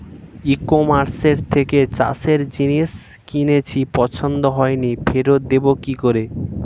ই কমার্সের থেকে চাষের জিনিস কিনেছি পছন্দ হয়নি ফেরত দেব কী করে?